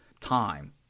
time